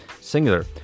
Singular